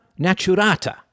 naturata